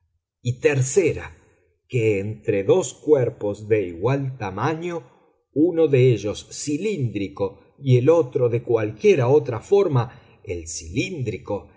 y tercera que entre dos cuerpos de igual tamaño uno de ellos cilíndrico y el otro de cualquiera otra forma el cilíndrico